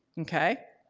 okay?